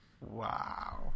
wow